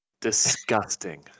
disgusting